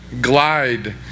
Glide